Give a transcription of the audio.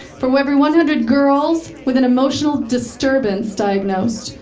for every one hundred girls with an emotional disturbance diagnosed,